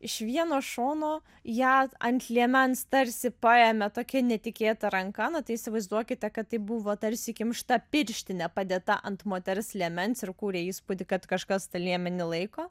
iš vieno šono ją ant liemens tarsi paėmė tokia netikėta ranka na tai įsivaizduokite kad tai buvo tarsi kimšta pirštinė padėta ant moters liemens ir kūrė įspūdį kad kažkas tą liemenį laiko